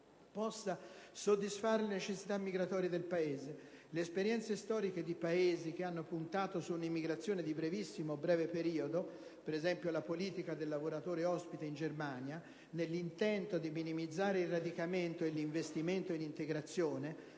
possa soddisfare le necessità migratorie del Paese. Le esperienze storiche di Paesi che hanno puntato su un'immigrazione di brevissimo o breve periodo (per esempio, la politica del "lavoratore ospite" in Germania), nell'intento di minimizzare il radicamento e l'investimento in integrazione,